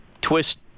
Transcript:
twist